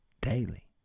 daily